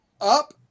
Up